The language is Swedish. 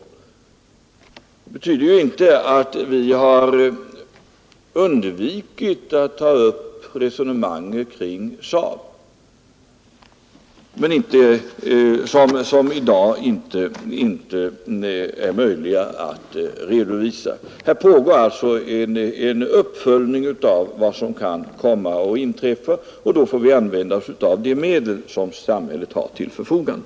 Men det betyder inte att vi undvikit att ta upp resonemang kring exempelvis SAAB. Här pågår alltså en uppföljning av vad som kan komma att inträffa och då får vi använda oss av de medel som samhället har till förfogande.